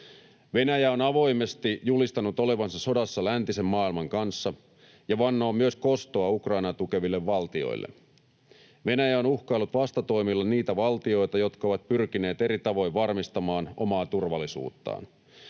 Venäjä on avoimesti julistanut olevansa sodassa läntisen maailman kanssa ja vannoo myös kostoa Ukrainaa tukeville valtioille. Venäjä on uhkaillut vastatoimilla niitä valtioita, jotka ovat pyrkineet eri tavoin varmistamaan omaa turvallisuuttaan.